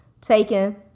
taken